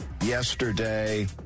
yesterday